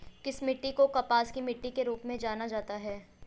किस मिट्टी को कपास की मिट्टी के रूप में जाना जाता है?